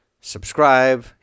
Subscribe